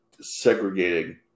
segregating